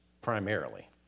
primarily